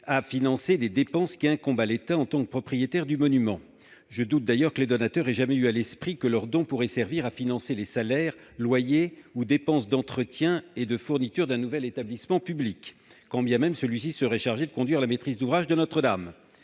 de financer des dépenses qui incombent à l'État, en tant que propriétaire du monument. Je doute d'ailleurs que les donateurs aient jamais eu à l'esprit que leurs dons puissent servir à financer les salaires, loyers ou dépenses d'entretien et de fournitures d'un nouvel établissement public, quand bien même serait-il chargé de la maîtrise d'ouvrage de Notre-Dame.